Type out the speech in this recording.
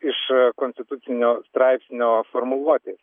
iš konstitucinio straipsnio formuluotės